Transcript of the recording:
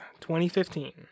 2015